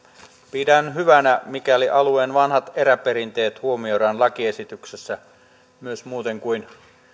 pidän hyvänä mikäli alueen vanhat eräperinteet huomioidaan lakiesityksessä myös muuten kuin